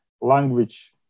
language